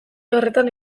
horretan